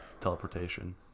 teleportation